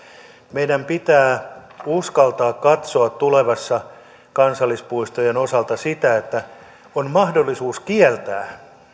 meidän pitää uskaltaa katsoa tulevassa kansallispuistojen osalta sitä että on mahdollisuus kieltää